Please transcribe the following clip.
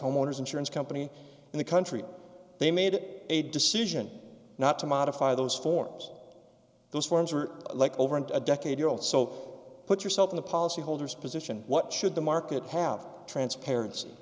homeowners insurance company in the country they made a decision not to modify those forms those forms were like over and a decade old so put yourself in the policyholders position what should the market have transparency